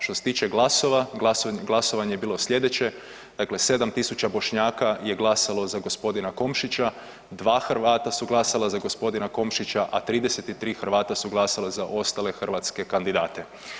Što se tiče glasova, glasovanje je bilo slijedeće dakle 7000 Bošnjaka je glasalo za gospodina za Komšića, 2 Hrvata su glasala za gospodina Komšića, a 33 Hrvata su glasala za ostale hrvatske kandidate.